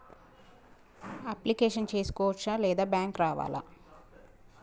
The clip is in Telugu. అప్లికేషన్ చేసుకోవచ్చా లేకపోతే బ్యాంకు రావాలా?